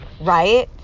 right